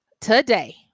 today